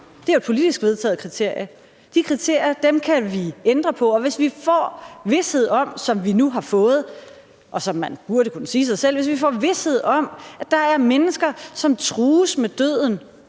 Det er et politisk vedtaget kriterie. De kriterier kan vi ændre på, og hvis vi får vished, som vi nu har fået – og det er noget, man burde kunne sige sig selv – om, at der er mennesker, som trues med døden,